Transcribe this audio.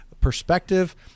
perspective